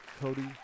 Cody